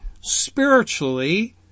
spiritually